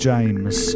James